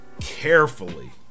carefully